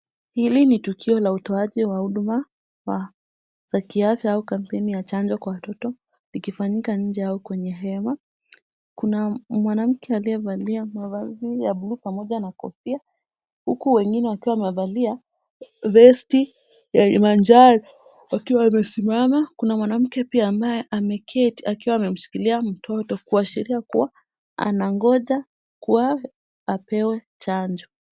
Hili ni tukio la utoaji wa huduma za kiafya au kampeni ya chanjo kwa watoto, ikifanyika nje au kwenye hema. Kuna mwanamke aliyevalia mavazi ya bluu pamoja na kofia huku wengine wakiwa wamevalia vesti ya manjano wakiwa wamesimama. Kuna mwanamke pia ambaye ameketi akiwa amemshikilia mtoto kuashiria kuwa anangoja kuwa apewe chanjo.